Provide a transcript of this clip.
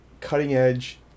cutting-edge